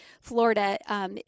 Florida